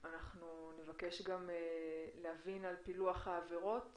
אנחנו נבקש גם להבין את פילוח העבירות